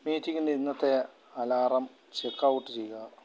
മീറ്റിംഗിന്റെ ഇന്നത്തെ alarm checkout ചെയ്യുക